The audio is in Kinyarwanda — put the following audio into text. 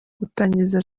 gutangiza